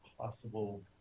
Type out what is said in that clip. possible